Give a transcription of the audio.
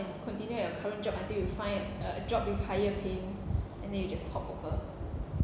continue your current job until you find uh a job with higher pay and then you just hop over